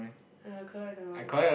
!aiya! collect that one